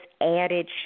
added